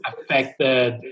affected